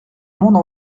monde